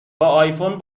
آیفون